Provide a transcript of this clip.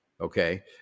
Okay